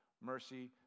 Mercy